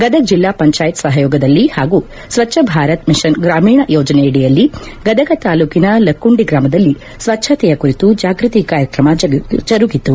ಗದಗ ಜಿಲ್ಲಾ ಪಂಚಾಯತ ಸಹಯೋಗದಲ್ಲಿ ಹಾಗೂ ಸ್ವಚ್ಛ ಭಾರತ ಮಿಷನ್ ಗ್ರಾಮೀಣ ಯೋಜನೆಯಡಿಯಲ್ಲಿ ಗದಗ ತಾಲೂಕಿನ ಲಕ್ಕುಂಡಿ ಗ್ರಾಮದಲ್ಲಿ ಸ್ವಚ್ಛತೆಯ ಕುರಿತು ಜಾಗೃತಿ ಕಾರ್ಯಕ್ರಮ ಜರುಗಿತು